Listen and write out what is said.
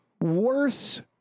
worse